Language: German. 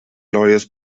neues